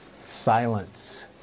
silence